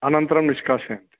अनन्तरं निष्कासयन्ति